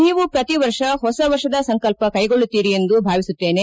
ನೀವು ಪ್ರತಿವರ್ಷ ಹೊಸ ವರ್ಷದ ಸಂಕಲ್ಪ ಕೈಗೊಳ್ಳುತ್ತೀರಿ ಎಂದು ಭಾವಿಸುತ್ತೇನೆ